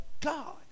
God